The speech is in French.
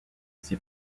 ses